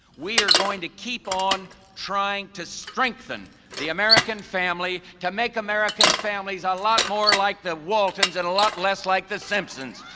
we are going to keep on trying to strengthen the american family to make american families a lot more like the waltons and a lot less like the simpsons